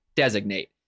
designate